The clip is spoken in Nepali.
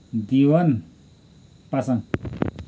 दिवन पासङ